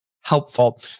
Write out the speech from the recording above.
helpful